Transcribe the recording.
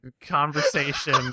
conversation